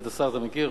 כבוד השר, אתה מכיר